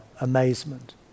amazement